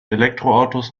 elektroautos